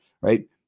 right